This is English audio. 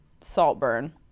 Saltburn